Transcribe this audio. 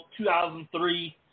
2003